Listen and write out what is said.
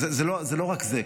זה לא רק זה,